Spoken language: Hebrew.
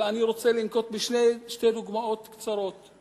אלא אני רוצה לנקוב בשתי דוגמאות קצרות.